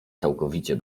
całkowicie